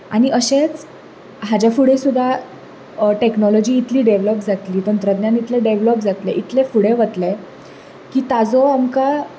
आनी अशेंच हाचें फुडें सुद्दा टॅक्नोलोजी इतली डॅवलोप जातली तंत्रज्ञान इतलें डॅवलोप जातलें इतलें फुडें वतलें की ताचो आमकां